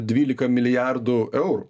dvylika milijardų eurų